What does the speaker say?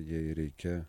jai reikia